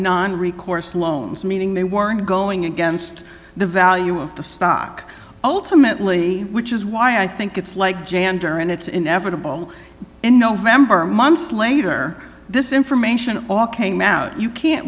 recourse loans meaning they were going against the value of the stock ultimately which is why i think it's like jantar and it's inevitable in november or months later this information all came out you can't